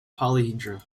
polyhedra